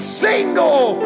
single